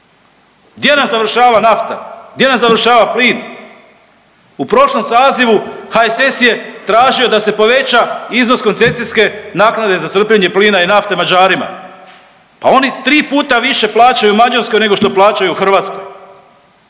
Gdje nam završava nafta, gdje nam završava plin? U prošlom sazivu HSS je tražio da se poveća iznos koncesijske naknade za crpljenje plina i nafte Mađarima. Pa oni tri puta više plaćaju Mađarskoj nego što plaćaju Hrvatskoj.